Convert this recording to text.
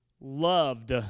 loved